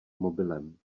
mobilem